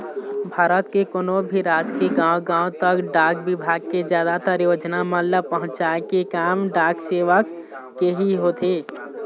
भारत के कोनो भी राज के गाँव गाँव तक डाक बिभाग के जादातर योजना मन ल पहुँचाय के काम डाक सेवक के ही होथे